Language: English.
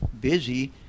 busy